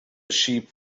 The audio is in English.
sheep